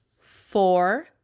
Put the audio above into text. Four